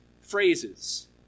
phrases